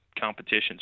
competitions